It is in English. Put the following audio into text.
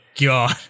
God